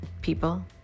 people